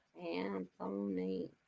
Anthony